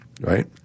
right